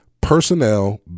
personnel